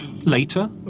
later